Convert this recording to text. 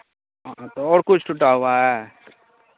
हाँ तो और कुछ टूटा हुआ है